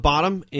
Bottom